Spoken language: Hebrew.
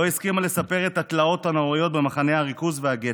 לא הסכימה לספר את התלאות הנוראיות במחנה הריכוז והגטו.